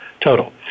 total